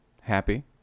happy